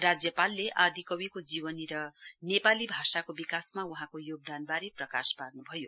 राज्यपालले आदिकविको जीवनी र नेपाली भाषाको विकासमा वहाँको योगदानबारे प्रकाश पार्न्भयो